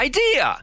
Idea